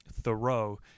Thoreau